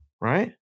Right